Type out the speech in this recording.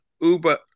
Uber